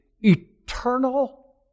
eternal